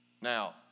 Now